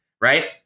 right